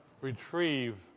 retrieve